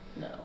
No